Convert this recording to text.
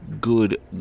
Good